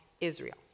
Israel